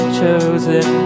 chosen